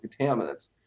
contaminants